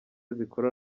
zikora